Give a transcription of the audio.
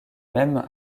même